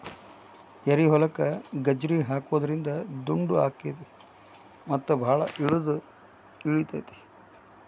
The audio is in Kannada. ಏರಿಹೊಲಕ್ಕ ಗಜ್ರಿ ಹಾಕುದ್ರಿಂದ ದುಂಡು ಅಕೈತಿ ಮತ್ತ ಬಾಳ ಇಳದು ಇಳಿತೈತಿ